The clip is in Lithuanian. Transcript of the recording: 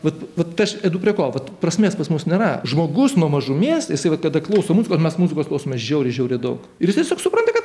vat vat aš einu prie ko vat prasmės pas mus nėra žmogus nuo mažumės jisai vat kada klauso muzikos mes muzikos klausom žiauriai žiauriai daug ir tiesiog supranta